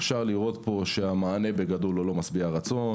אפשר לראות פה שהמענה בגדול אינו משביע רצון.